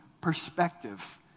perspective